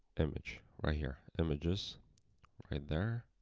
image. right here, images right there,